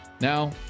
now